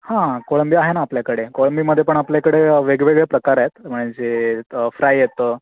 हां कोळंबी आहे ना आपल्याकडे कोळंबीमध्ये पण आपल्याकडे वेगवेगळे प्रकार आहेत म्हणजे फ्राय येतं